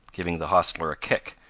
giving the hostler a kick,